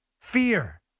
Fear